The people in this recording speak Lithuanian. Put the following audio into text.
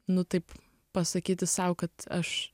nu taip pasakyti sau kad aš